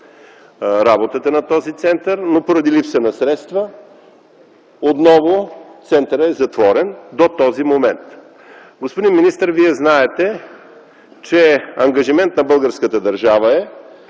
работата му, но поради липса на средства центърът той е затворен до този момент. Господин министър, Вие знаете, че ангажимент на българската държава е,